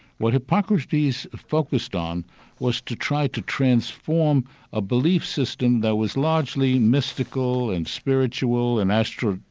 what hippocrates focussed on was to try to transform a belief system that was largely mystical and spiritual and astrological,